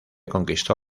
conquistó